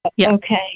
okay